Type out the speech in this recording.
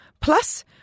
Plus